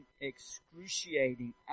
excruciating